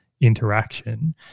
interaction